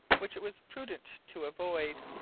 which it was prudent to avoid,